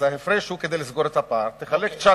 אז ההפרש, כדי לסגור את הפער, תחלק 9,300,